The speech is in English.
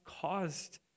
caused